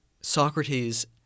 Socrates